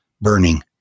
burning